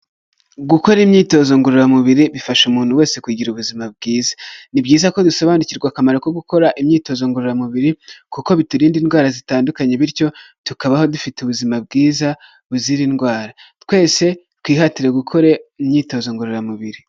Gukora imyitozo ngororamubiri bifasha umuntu wese kugira ubuzima bwiza, ni byiza ko dusobanukirwa akamaro ko gukora imyitozo ngororamubiri kuko biturinda indwara zitandukanye, bityo tukabaho dufite ubuzima bwiza buzira indwara, twese twihatire gukora imyitozo ngororamubiri.